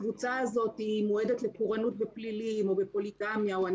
הקבוצה הזאת מועמדת לפורענות בפלילים או בפוליגמיה וכו',